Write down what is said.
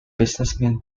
businessman